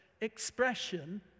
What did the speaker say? expression